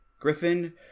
Griffin